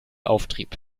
auftrieb